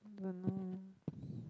don't know